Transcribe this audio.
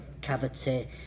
cavity